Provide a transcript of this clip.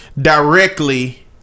directly